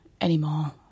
anymore